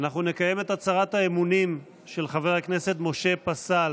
אנחנו נקיים את הצהרת האמונים של חבר הכנסת משה פסל.